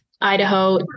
Idaho